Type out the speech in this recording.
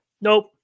nope